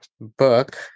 book